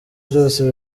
byose